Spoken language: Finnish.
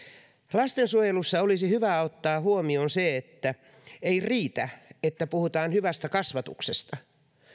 lastensuojelussa olisi hyvä ottaa huomioon se että ei riitä että puhutaan hyvästä kasvatuksesta